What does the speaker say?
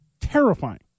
Terrifying